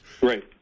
Right